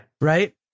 Right